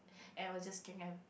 and I was just carrying